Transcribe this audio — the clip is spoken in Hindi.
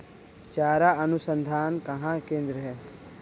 चारा अनुसंधान केंद्र कहाँ है?